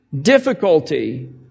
difficulty